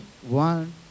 One